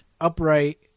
upright